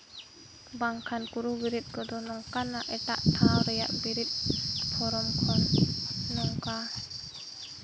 ᱵᱟᱝᱠᱷᱟᱱ ᱠᱟᱹᱨᱩ ᱵᱤᱨᱤᱫ ᱠᱚᱫᱚ ᱱᱚᱝᱠᱟᱱᱟᱜ ᱮᱴᱟᱜ ᱴᱷᱟᱶ ᱨᱮᱭᱟᱜ ᱵᱤᱨᱤᱫ ᱯᱷᱨᱚᱢ ᱠᱷᱚᱱ ᱱᱚᱝᱠᱟ